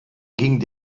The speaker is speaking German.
ging